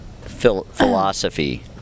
philosophy